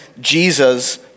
Jesus